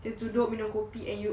just duduk minum kopi and you